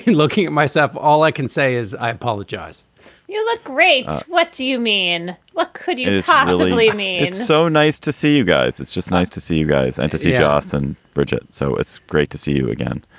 looking at myself. all i can say is i apologize you look great. what do you mean? what could you. it's not really me it's so nice to see you guys. it's just nice to see you guys and to see jonathan, bridget. so it's great to see you again.